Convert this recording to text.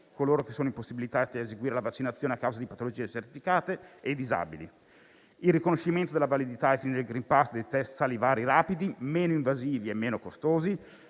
coloro che sono impossibilitati a eseguire la vaccinazione a causa di patologie certificate e i disabili; il riconoscimento della validità, ai fini del *green pass*, dei test salivari rapidi, meno invasivi e meno costosi;